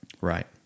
Right